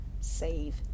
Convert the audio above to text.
save